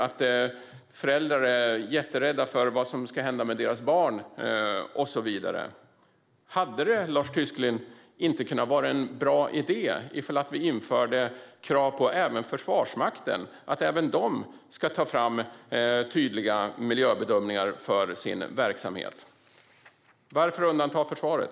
Och föräldrar är jätterädda för vad som ska hända med deras barn och så vidare. Lars Tysklind, hade det inte kunnat vara en bra idé att införa krav på Försvarsmakten att även de ska ta fram tydliga miljöbedömningar för sin verksamhet? Varför ska man undanta försvaret?